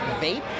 vape